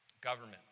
government